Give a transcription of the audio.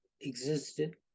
existed